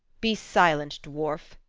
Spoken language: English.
be silent, dwarf,